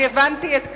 אני הבנתי את כוונתך,